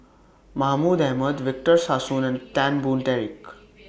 Mahmud Ahmad Victor Sassoon and Tan Boon Teik